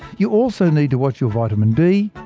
you also need to watch your vitamin d,